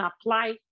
apply